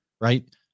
right